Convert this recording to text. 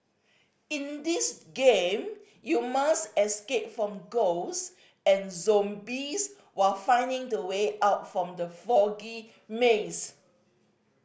in this game you must escape from ghost and zombies while finding the way out from the foggy maze